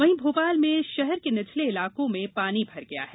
वहीं भोपाल में शहर के निचले इलाकों में पानी भर गया है